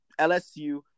LSU